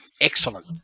excellent